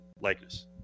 likeness